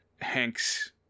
Hanks